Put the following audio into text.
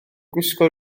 gwisgo